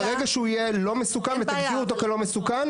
ברגע שהוא יהיה לא מסוכן ותגדירו אותו כלא מסוכן,